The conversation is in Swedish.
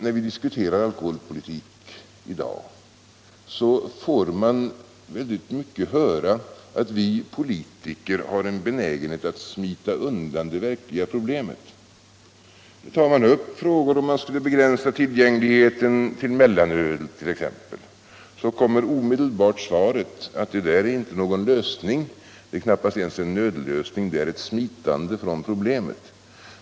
När vi diskuterar alkoholpolitik i dessa dagar, får man märkligt nog väldigt ofta höra att vi politiker har en benägenhet att smita undan de verkliga problemen. Tar man t.ex. upp frågan om att begränsa mellanölets tillgänglighet, så kommer omedelbart svaret att det där är inte någon lösning. Det är knappast ens en nödlösning, utan det är att smita från problemen.